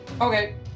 Okay